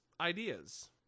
ideas